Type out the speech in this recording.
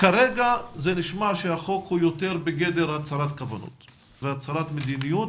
כרגע נשמע שהחוק הוא יותר בגדר הצהרת כוונות והצהרת מדיניות.